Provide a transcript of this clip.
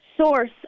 source